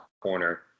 corner